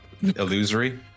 illusory